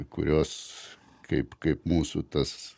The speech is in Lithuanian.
kurios kaip kaip mūsų tas